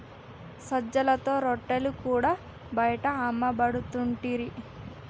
సజ్జలతో రొట్టెలు కూడా బయట అమ్మపడుతుంటిరి